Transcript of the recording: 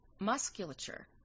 musculature